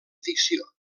ficció